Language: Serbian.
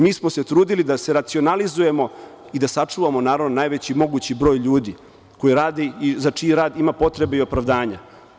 Mi smo se trudili da se racionalizujemo i da sačuvamo naravno najveći mogući broj ljudi koji rade i za čiji rad ima potrebe i opravdanje.